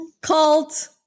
Cult